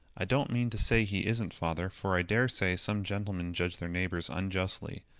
i don't mean to say he isn't, father for i daresay some gentlemen judge their neighbours unjustly.